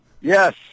Yes